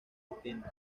distinto